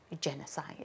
genocide